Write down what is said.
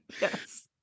Yes